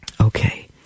Okay